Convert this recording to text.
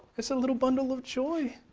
it's a little bundle of joy.